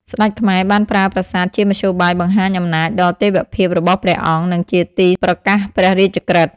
ស្ដេចខ្មែរបានប្រើប្រាសាទជាមធ្យោបាយបង្ហាញអំណាចដ៏ទេវភាពរបស់ព្រះអង្គ និងជាទីប្រកាសព្រះរាជក្រឹត្យ។